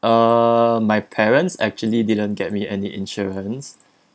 uh my parents actually didn't get me any insurance